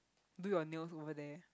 do your nail over there